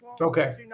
Okay